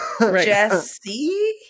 jesse